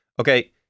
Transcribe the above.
Okay